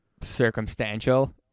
circumstantial